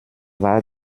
war